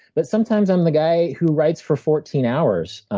but sometimes i'm the guy who writes for fourteen hours,